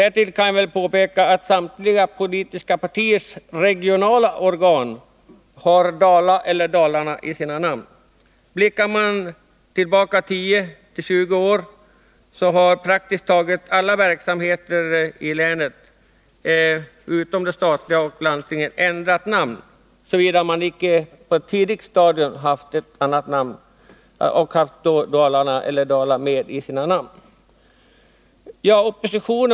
Därtill kan jag påpeka att samtliga politiska partiers regionala organ har ”Dala” eller ”Dalarna” i sitt namn. Blickar man tillbaka 10 eller 20 år har praktiskt taget alla verksamheter i länet, utom Nr 22 iandstinget och de statliga organen, ändrat namn, såvida de inte i ett tidigt stadium haft ”Dala” eller ”Dalarna” med i namnet.